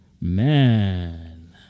Man